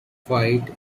fight